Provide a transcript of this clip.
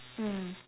mm